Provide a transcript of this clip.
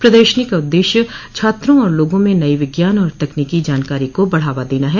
प्रदर्शनी का उद्देश्य छात्रों और लोगों में नई विज्ञान और तकनीकी जानकारी को बढ़ावा देना है